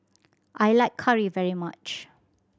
I like curry very much